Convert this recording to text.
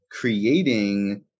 creating